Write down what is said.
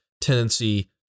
tendency